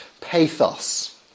Pathos